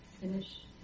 finish